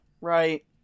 right